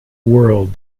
world